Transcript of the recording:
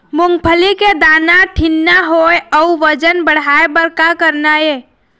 मूंगफली के दाना ठीन्ना होय अउ वजन बढ़ाय बर का करना ये?